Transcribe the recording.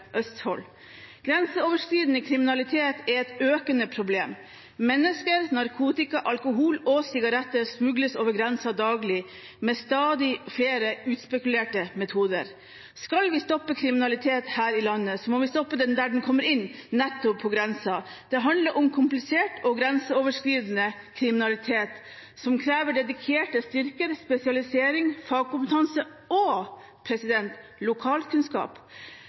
Østfold. Grenseoverskridende kriminalitet er et økende problem. Mennesker, narkotika, alkohol og sigaretter smugles over grensa daglig med stadig flere utspekulerte metoder. Skal vi stoppe kriminalitet her i landet, må vi stoppe den der den kommer inn, nettopp på grensa. Det handler om komplisert og grenseoverskridende kriminalitet som krever dedikerte styrker, spesialisering, fagkompetanse – og lokalkunnskap.